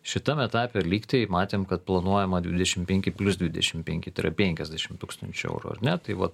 šitam etape lygtai matėm kad planuojama dvidešimt penki plius dvidešimt penki tai yra penkiasdešimt tūkstančių eurų ar ne tai va